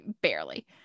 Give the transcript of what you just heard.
barely